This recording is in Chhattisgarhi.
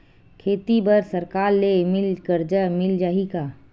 खेती बर सरकार ले मिल कर्जा मिल जाहि का?